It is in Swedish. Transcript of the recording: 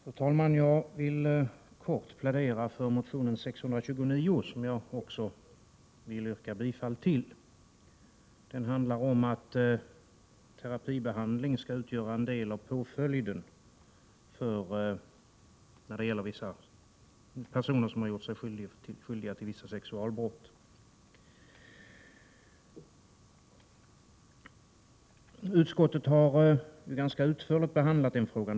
Fru talman! Jag vill kort plädera för motion Ju629, som jag också yrkar bifall till. Motionen handlar om att terapibehandling skall utgöra en del av påföljden för personer som har gjort sig skyldiga till vissa sexualbrott. Utskottet har behandlat denna fråga ganska utförligt.